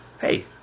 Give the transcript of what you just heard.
hey